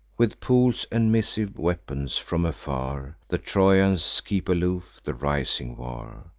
with poles and missive weapons, from afar, the trojans keep aloof the rising war.